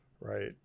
right